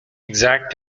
exact